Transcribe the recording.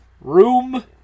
Room